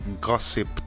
gossip